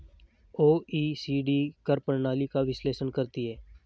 OECD कर प्रणाली का विश्लेषण करती हैं